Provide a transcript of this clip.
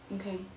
Okay